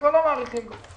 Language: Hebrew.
כבר לא מאריכים לו.